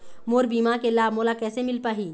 मोर बीमा के लाभ मोला कैसे मिल पाही?